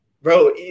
bro